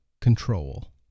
control